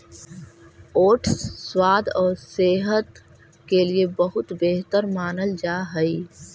oats स्वाद और सेहत के लिए बहुत बेहतर मानल जा हई